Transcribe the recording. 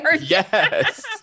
yes